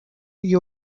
you